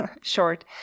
short